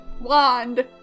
wand